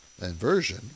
inversion